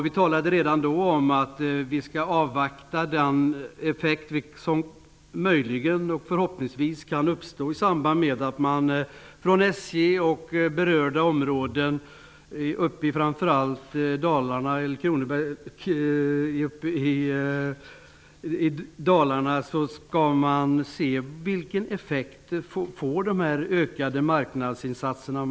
Vi talade redan då om att vi skall avvakta vilken effekt de ökade marknadsföringsåtgärder som har satts in kan få för SJ:s del uppe i Dalarna.